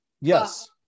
Yes